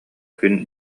күн